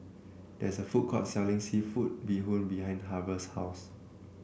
there is a food court selling seafood Bee Hoon behind Harve's house